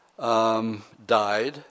Died